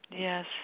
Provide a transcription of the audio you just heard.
Yes